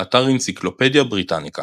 באתר אנציקלופדיה בריטניקה